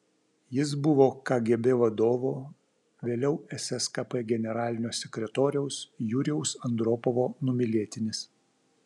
jis buvo kgb vadovo vėliau sskp generalinio sekretoriaus jurijaus andropovo numylėtinis